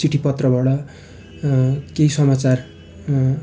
चिठी पत्रबाट केही समाचार